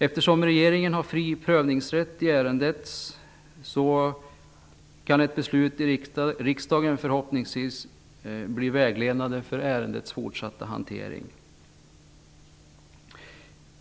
Eftersom regeringen har fri prövningsrätt i ärendet kan ett beslut i riksdagen förhoppningsvis bli vägledande för ärendets fortsatta hantering.